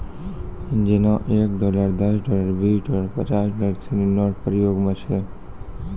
जेना एक डॉलर दस डॉलर बीस डॉलर पचास डॉलर सिनी नोट प्रयोग म छै